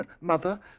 Mother